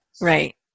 Right